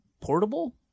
portable